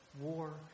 war